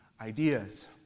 ideas